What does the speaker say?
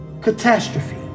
catastrophe